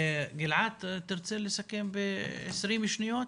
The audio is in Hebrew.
גלעד, תרצה לסכם ב-20 שניות?